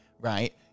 right